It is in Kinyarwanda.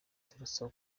turasaba